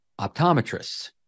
optometrists